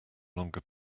longer